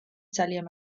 ძალიან